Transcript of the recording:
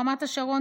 רמת השרון,